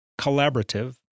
collaborative